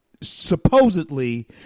supposedly